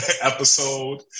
episode